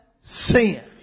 Sin